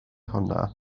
hwnna